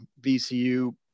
VCU